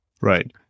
Right